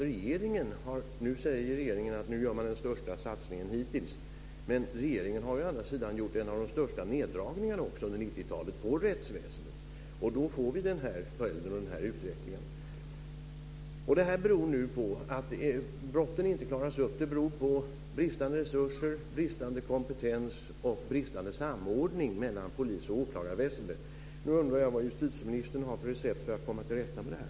Regeringen säger att man nu gör den största satsningen hittills. Men regeringen har å andra sidan gjort en av de störta neddragningarna på rättsväsendet under 90 talet. Då får vi den här följden och den här utvecklingen. Att brotten inte klaras upp beror på bristande resurser, bristande kompetens och bristande samordning mellan polis och åklagarväsende. Nu undrar jag vad justitieministern har för recept för att komma till rätta med det här.